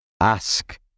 Ask